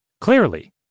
Clearly